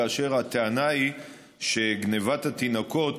כאשר הטענה היא שגנבת התינוקות,